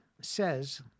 says